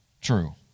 true